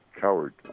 Coward